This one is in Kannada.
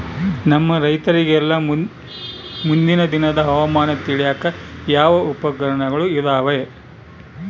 ನಮ್ಮ ರೈತರಿಗೆಲ್ಲಾ ಮುಂದಿನ ದಿನದ ಹವಾಮಾನ ತಿಳಿಯಾಕ ಯಾವ ಉಪಕರಣಗಳು ಇದಾವ?